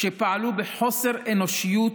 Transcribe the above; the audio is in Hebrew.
שפעלו בחוסר אנושיות